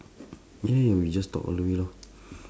ya ya we just talk all the way lor